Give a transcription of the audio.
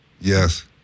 Yes